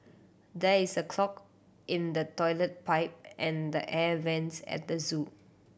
there is a clog in the toilet pipe and the air vents at the zoo